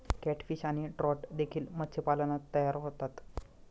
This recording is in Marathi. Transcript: कॅटफिश आणि ट्रॉट देखील मत्स्यपालनात तयार होतात